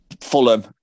Fulham